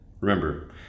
Remember